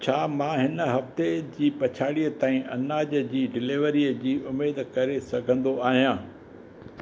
छा मां हिन हफ़्ते जी पछाड़ीअ ताईं अनाज जी डिलीवरीअ जी उमीद करे सघंदो आहियां